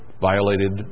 violated